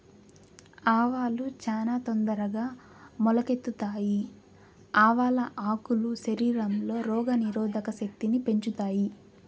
ఆవాలు చానా తొందరగా మొలకెత్తుతాయి, ఆవాల ఆకులు శరీరంలో రోగ నిరోధక శక్తిని పెంచుతాయి